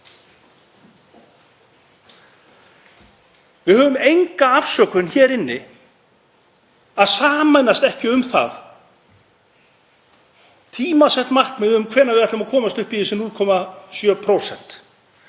Við höfum enga afsökun hér inni fyrir því að sameinast ekki um tímasett markmið um það hvenær við ætlum að komast upp í þessi 0,7%